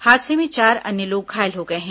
हादसे में चार अन्य लोग घायल हो गए हैं